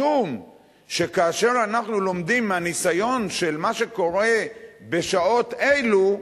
משום שכאשר אנחנו לומדים מהניסיון של מה שקורה בשעות אלו,